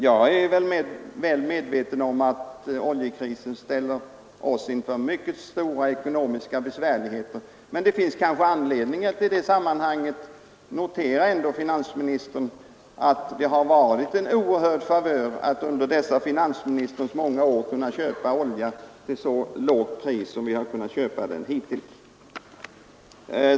Jag är väl medveten om att oljekrisen ställer oss inför mycket stora ekonomiska svårigheter. Men det finns kanske anledning att i sammanhanget notera att det har varit en oerhörd favör att under dessa finansministerns många år kunna köpa olja till så lågt pris som vi har kunnat göra hittills.